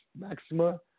Maxima